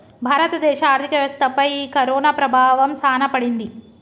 భారత దేశ ఆర్థిక వ్యవస్థ పై ఈ కరోనా ప్రభావం సాన పడింది